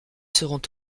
seront